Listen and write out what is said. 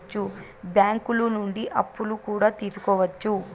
బ్యాంకులు నుండి అప్పులు కూడా తీసుకోవచ్చు